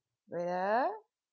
wait ah